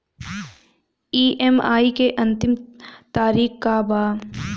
EMI के अंतिम तारीख का बा?